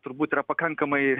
turbūt yra pakankamai